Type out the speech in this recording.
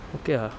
okay ah